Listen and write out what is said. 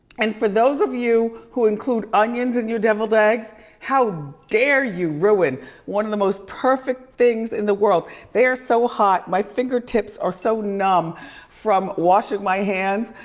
and for those of you who include onions in your deviled eggs how dare you ruin one of the most perfect things in the world. they are so hot, my fingertips are so numb from washing my hands.